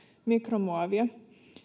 mikromuovia